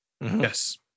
Yes